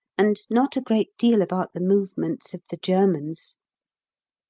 and not a great deal about the movements of the germans.